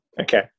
Okay